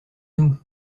nous